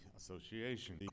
association